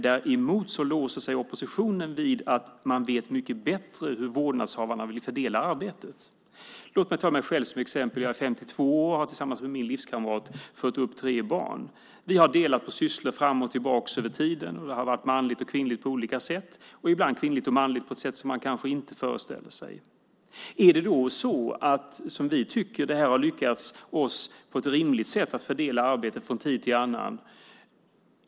Däremot låser sig oppositionen vid att de vet mycket bättre hur vårdnadshavarna vill fördela arbetet. Låt mig ta mig själv som exempel. Jag är 52 år och har tillsammans med min livskamrat fött upp tre barn. Vi har delat på sysslor fram och tillbaka över tiden. Det har varit manligt och kvinnligt på olika sätt och ibland kvinnligt och manligt på ett sätt som man kanske inte föreställer sig. Vi tycker att vi från tid till annan på ett rimligt sätt lyckats fördela arbetet.